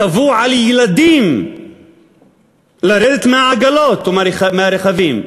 ציוו על ילדים לרדת מהעגלות ומהרכבים,